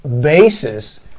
basis